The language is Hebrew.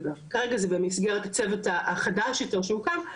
כרגע זה במסגרת הצוות החדש יותר שהוקם,